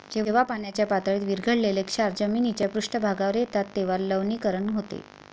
जेव्हा पाण्याच्या पातळीत विरघळलेले क्षार जमिनीच्या पृष्ठभागावर येतात तेव्हा लवणीकरण होते